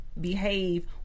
behave